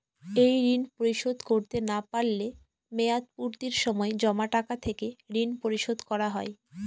এই ঋণ পরিশোধ করতে না পারলে মেয়াদপূর্তির সময় জমা টাকা থেকে ঋণ পরিশোধ করা হয়?